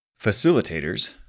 Facilitators